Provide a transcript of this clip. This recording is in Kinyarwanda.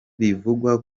bivugwa